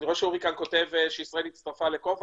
אני רואה שאורי פיינשטיין כותב כאן שישראל הצטרפה ל"קובקס".